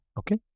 okay